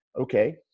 Okay